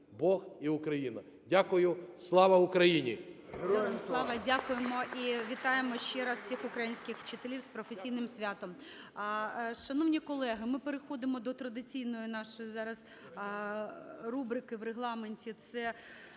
Бог і Україна". Дякую. Слава Україні!